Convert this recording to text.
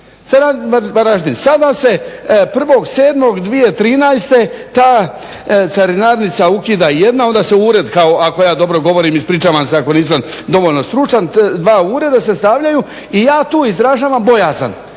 Varaždin, sada se 1.7.2013. ta carinarnica ukida jedna, onda se ured, ako ja dobro govorim, ispričavam se ako nisam dovoljno stručan. Dva ured se stavljaju i ja tu izražavam bojazan,